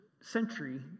century